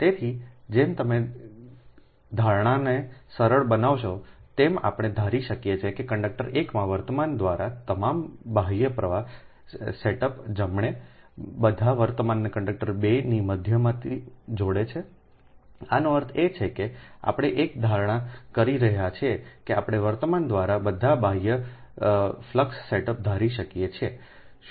તેથી જેમ તમે ધારણાને સરળ બનાવશો તેમ આપણે ધારી શકીએ કે કંડક્ટર 1 માં વર્તમાન દ્વારા તમામ બાહ્ય પ્રવાહ સેટઅપ જમણે બધા વર્તમાનને કંડક્ટર 2 ની મધ્યમાં જોડે છેઆનો અર્થ એ છે કે આપણે એક ધારણા કરી રહ્યા છીએ કે આપણે વર્તમાન દ્વારા બધા બાહ્ય ફ્લક્સ સેટઅપ ધારી શકીએ છીએ